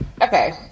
Okay